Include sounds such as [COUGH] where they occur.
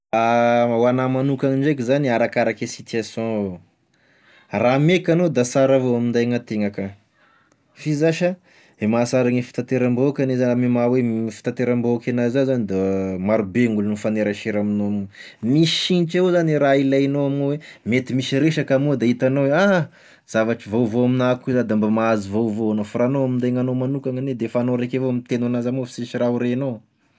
[HESITATION] Ho agnahy manokany ndraiky zany arakaraky e situation, raha meka anao da sara avao minday gn'antena ka, f'izy zasha e mahasara gne fitanteram-bahoaka anie zany amin'ny maha hoe fitanteram-bahoaky anazy za zany da marobe gn'olo mifanerasera amignao, misy signitry avao zany raha ilainao amin'io ao, mety misy resaka moa da hitanao hoa ah! zavatry vaovao aminah koa zany da mba mahazo vaovao anao f'raha anao minday gn'anao magnokana anie defa anao raika avao mitegno an'azy amign'ao fa sisy raha ho renao ao.